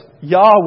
Yahweh